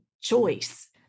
choice